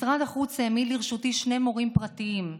משרד החוץ העמיד לרשותי שני מורים פרטיים,